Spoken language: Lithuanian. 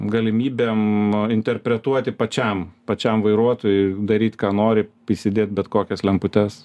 galimybėm interpretuoti pačiam pačiam vairuotojui daryt ką nori įsidėt bet kokias lemputes